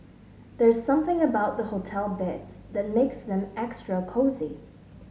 there's something about the hotel beds that makes them extra cosy